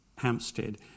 Hampstead